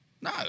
No